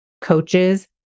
coaches